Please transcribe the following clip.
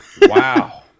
Wow